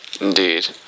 Indeed